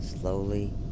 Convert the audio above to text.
slowly